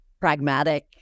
pragmatic